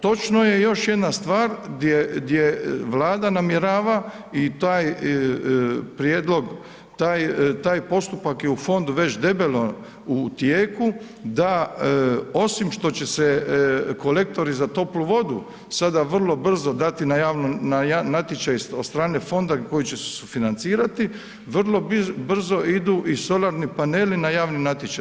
Točno je još jedna stvar gdje Vlada namjerava i taj prijedlog, taj postupak je u fondu već debelo u tijeku da osim što će se kolektori za toplu vodu sada vrlo brzo dati na natječaj od strane fonda koji će sufinancirati, vrlo brzo idu i solarni paneli na javni natječaj.